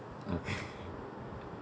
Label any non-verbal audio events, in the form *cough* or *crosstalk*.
okay *laughs*